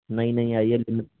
नई नई आई है बिलु